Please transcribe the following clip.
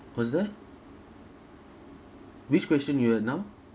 what's that which question you have now